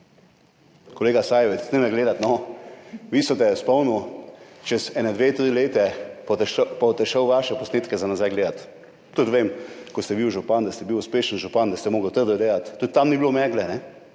Kolega Sajovic, ne me gledati, no. Vi ste spomnili čez en dve, tri leta, pa boste šel v vaše posnetke za nazaj gledati. Tudi vem, ko ste bil župan, da ste bil uspešen župan, da ste moral trdo delati, tudi tam ni bilo megle,